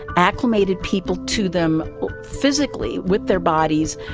acclimated people to them physically with their bodies,